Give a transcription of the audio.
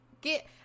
get